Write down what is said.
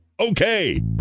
Okay